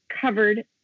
covered